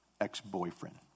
ex-boyfriend